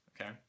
okay